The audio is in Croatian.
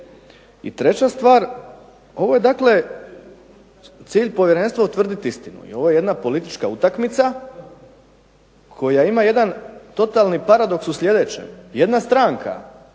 I treća stvar, ovo je dakle cilj povjerenstva utvrditi istinu, i ovo je jedna politička utakmica koja ima jedan totalni paradoks u sljedećem. Jedna stranka